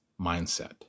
Mindset